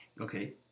Okay